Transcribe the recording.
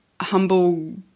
humble